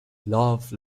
love